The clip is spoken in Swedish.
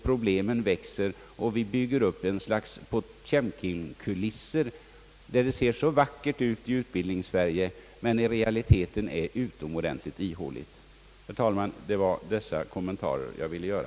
Problemen växer, och vi bygger upp ett slags Potemkin-kulisser, där det ser så vackert ut i Utbildningssverige men där det i realiteten är utomordentligt ihåligt. Herr talman! Det var dessa kommentarer jag ville göra.